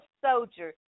soldier